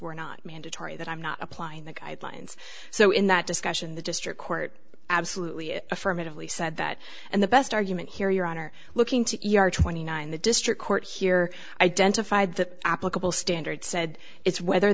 were not mandatory that i'm not applying the guidelines so in that discussion the district court absolutely affirmatively said that and the best argument here your honor looking to twenty nine the district court here identified the applicable standard said it's whether